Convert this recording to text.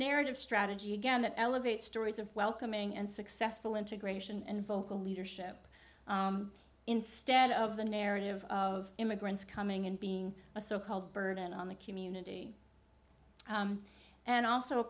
narrative strategy again that elevates stories of welcoming and successful integration and vocal leadership instead of the narrative of immigrants coming and being a so called burden on the community and also a